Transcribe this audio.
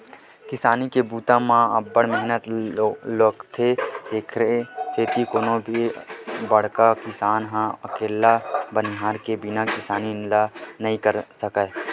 किसानी के बूता म अब्ब्ड़ मेहनत लोगथे तेकरे सेती कोनो भी बड़का किसान ह अकेल्ला बनिहार के बिना किसानी ल नइ कर सकय